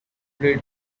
blade